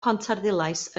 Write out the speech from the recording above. pontarddulais